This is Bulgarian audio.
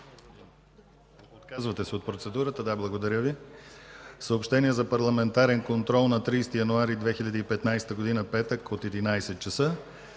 Отказвате се от процедурата. Да. Благодаря Ви.